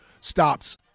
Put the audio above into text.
stops